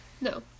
No